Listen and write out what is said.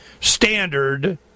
Standard